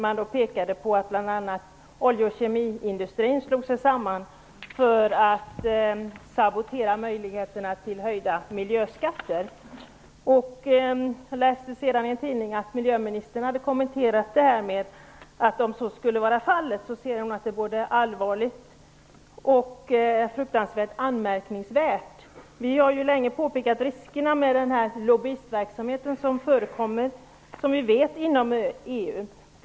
Man pekade bl.a. på att olje och kemiindustrin slog sig samman för att sabotera möjligheterna till höjda miljöskatter. Jag läste sedan i en tidning att miljöministern hade kommenterat detta med att hon om så skulle vara fallet ser detta som både allvarligt och fruktansvärt anmärkningsvärt. Vi har ju länge påpekat riskerna med den lobbyistverksamhet som vi vet förekommer inom EU.